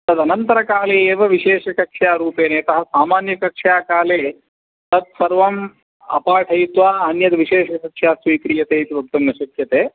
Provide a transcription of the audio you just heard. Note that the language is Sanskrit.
तदनन्तरकाले एव विशेषकक्षारूपेण यतः सामान्यकक्षाकाले तत्सर्वम् अपाठयित्वा अन्यद् विशेषकक्षा स्वीक्रियते इति वक्तुं न शक्यते